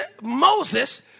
Moses